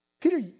Peter